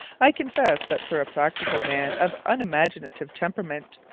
i confess that for a practical man of unimaginative temperament,